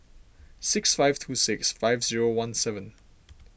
six five two six five zero one seven